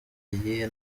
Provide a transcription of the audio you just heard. iyihe